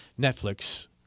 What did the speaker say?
Netflix